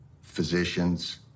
physicians